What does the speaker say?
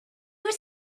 was